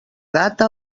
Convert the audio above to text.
gata